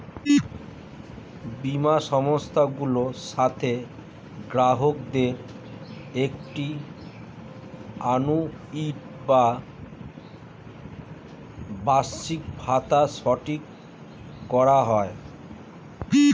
বীমা সংস্থাগুলোর সাথে গ্রাহকদের একটি আ্যানুইটি বা বার্ষিকভাতা ঠিক করা হয়